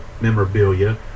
memorabilia